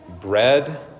bread